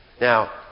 Now